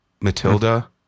Matilda